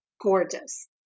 gorgeous